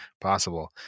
possible